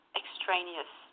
extraneous